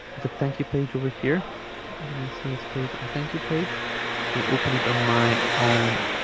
the thank you page over here my sales page and thank you page will open it on my own